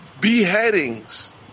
beheadings